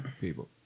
people